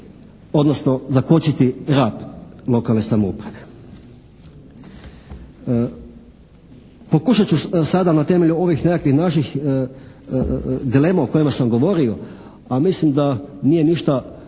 odnosno zakočiti rad lokalne samouprave? Pokušat ću sada na temelju ovih nekakvih naših dilema o kojima sam govorio, a mislim da nije ništa